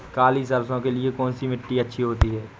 काली सरसो के लिए कौन सी मिट्टी अच्छी होती है?